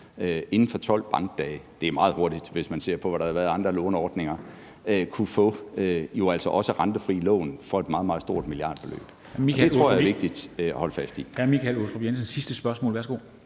inden for 12 bankdage – det er meget hurtigt, hvis man ser på, hvad der har været af andre låneordninger – kunne få også rentefri lån for et meget, meget stort milliardbeløb, og det tror jeg er vigtigt at holde fast i.